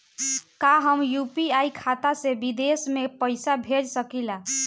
का हम यू.पी.आई खाता से विदेश में पइसा भेज सकिला?